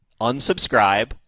unsubscribe